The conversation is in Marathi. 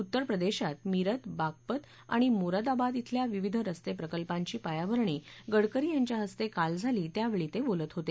उत्तरप्रदेशात मीरत बाघपत आणि मोरादाबाद अल्या विविध रस्तेप्रकल्पांची पायाभरणी गडकरी यांच्या हस्ते काल झाली त्यावेळी ते बोलत होते